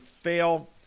fail